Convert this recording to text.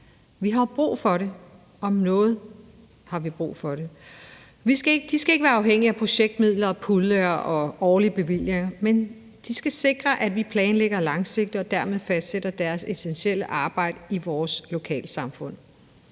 Vi har jo brug for det. Om noget har vi brug for det. De skal ikke være afhængige af projektmidler, puljer og årlige bevillinger. De skal sikres, at vi planlægger langsigtet og dermed lægger deres essentielle arbejde i vores lokalsamfund